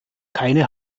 keine